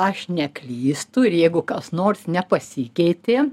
aš neklystu ir jeigu kas nors nepasikeitė